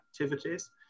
activities